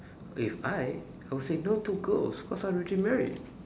if I I will say no to girls cause I already married